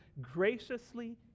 graciously